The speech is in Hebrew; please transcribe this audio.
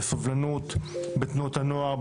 לסובלנות בתנועות הנוער,